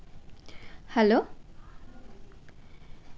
hello